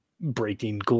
breaking